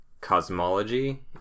cosmology